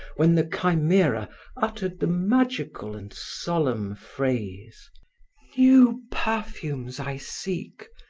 when the chimera uttered the magical and solemn phrase new perfumes i seek,